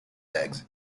eggs